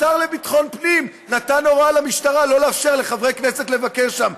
השר לביטחון הפנים נתן הוראה למשטרה לא לאפשר לחברי כנסת לבקר שם.